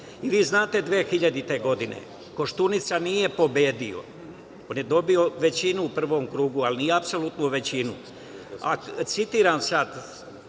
Vi znate, 2000. godine, Koštunica nije pobedio, on je dobio većinu u prvom krugu, ali nije apsolutnu većinu, citiram sada